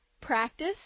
practice